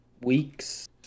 weeks